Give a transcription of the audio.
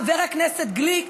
חבר הכנסת גליק,